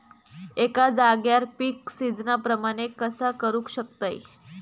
एका जाग्यार पीक सिजना प्रमाणे कसा करुक शकतय?